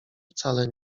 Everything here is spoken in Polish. wcale